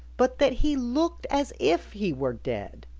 but that he looked as if he were dead,